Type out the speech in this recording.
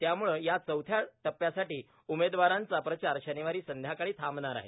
त्यामुळं या चौथ्या टप्प्यासाठी उमेदवारांचा प्रचार शनिवारी संध्याकाळी थांबणार आहे